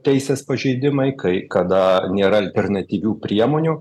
teisės pažeidimai kai kada nėra alternatyvių priemonių